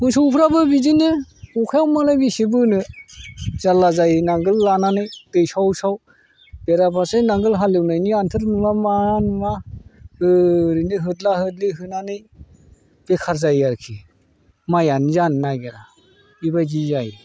मोसौफ्राबो बिदिनो अखायाव मालाय बेसे बोनो जारला जायो नांगाल लानानै दै साव साव बेरा फारसे नांगाल हालेवनायनि आनथोर नुवा मा नुवा ओरैनो होदला होदलि होनानै बेखार जायो आरोखि माइआनो जानो नागिरा बेबायदि जायो